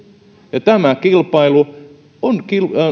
ja tämä kilpailu on